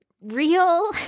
real